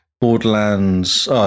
Borderlands